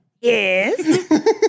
Yes